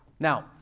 Now